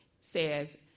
says